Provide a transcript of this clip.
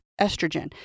estrogen